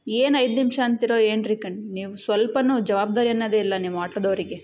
ಏನು ಐದು ನಿಮಿಷ ಅಂತೀರೋ ಏನ್ರೀ ಕಣ್ ನೀವು ಸ್ವಲ್ಪನೂ ಜವಾಬ್ದಾರಿ ಅನ್ನೋದೇ ಇಲ್ಲ ನಿಮ್ಮ ಆಟೋದವರಿಗೆ